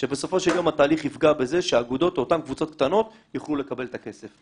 שבסופו של יום אותן קבוצות קטנות יוכלו לקבל את הכסף.